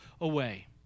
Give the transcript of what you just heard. away